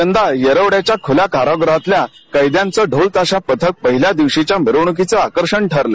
यंदा येरवडयाच्या खुल्या काराग्रहातल्या कैद्यांचं ढोलताशा पथक पहिल्या दिवशीच्या मिरवणुकीचं आकर्षण ठरलं